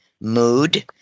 mood